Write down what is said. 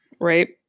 right